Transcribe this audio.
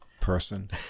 person